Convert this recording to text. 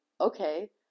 okay